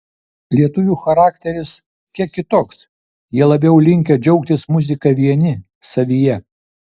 lietuvių charakteris kiek kitoks jie labiau linkę džiaugtis muzika vieni savyje